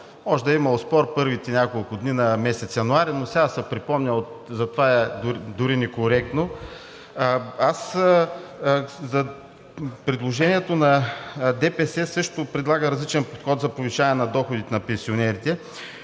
Може да е имало спор в първите няколко дни на месец януари, но сега да се припомня за това дори е некоректно. Предложението на ДПС също предлага различен подход за повишаване на доходите на пенсионерите.